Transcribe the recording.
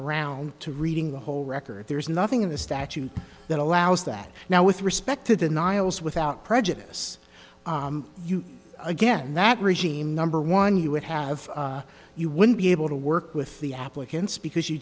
around to reading the whole record there's nothing in the statute that allows that now with respect to the nihilists without prejudice again that regime number one you would have you wouldn't be able to work with the applicants because you